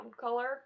color